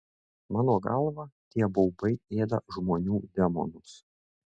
mano galva tie baubai ėda žmonių demonus